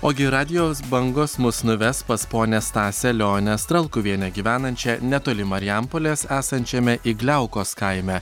ogi radijos bangos mus nuves pas ponią stasę leonę stralkuvienę gyvenančią netoli marijampolės esančiame igliaukos kaime